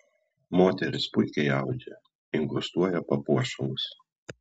moterys puikiai audžia inkrustuoja papuošalus